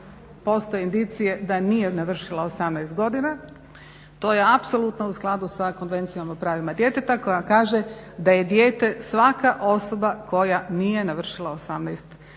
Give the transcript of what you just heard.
postoje indicije da nije navršila 18 godina, to je apsolutno u skladu s Konvencijom o pravima djeteta koja kaže da je dijete svaka osoba koja nije navršila 18 godina